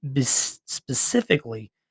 specifically